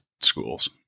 schools